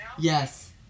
Yes